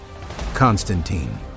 Constantine